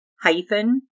hyphen